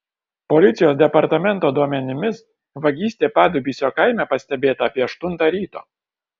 policijos departamento duomenimis vagystė padubysio kaime pastebėta apie aštuntą ryto